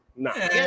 No